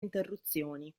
interruzioni